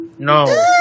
No